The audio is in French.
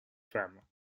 femmes